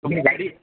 तुम्ही गाडी